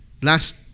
last